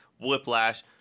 Whiplash